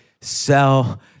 sell